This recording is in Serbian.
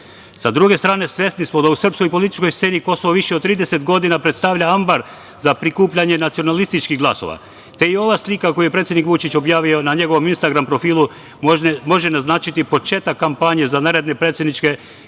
druge strane, svesni smo da u srpskoj političkoj sceni Kosovo više od 30 godina predstavlja ambar za prikupljanje nacionalističkih glasova, te i ova slika koju je predsednik Vučić objavio na njegovom instagram profilu može naznačiti početak kampanje za naredne predsedničke